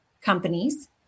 companies